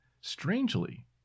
strangely